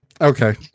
Okay